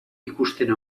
ikusten